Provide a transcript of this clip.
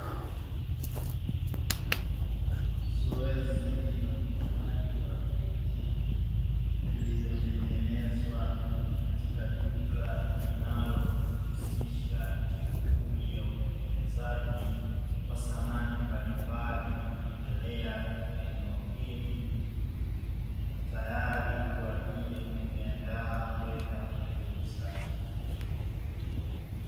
Zoezi la upambaji wa viti vilivyotengenezwa katika duka linalojihusisha na shughuli ya utengenezaji wa samani mbalimbali likiendelea katika eneo hili, tayari kwa ajili ya kuviandaa kwenda kuviuza.